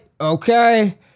okay